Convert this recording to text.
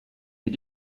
mit